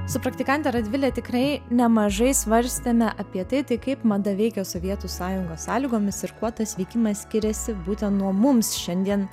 su praktikante radvile tikrai nemažai svarstėme apie tai tai kaip mada veikė sovietų sąjungos sąlygomis ir kuo tas veikimas skiriasi būtent nuo mums šiandien